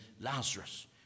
Lazarus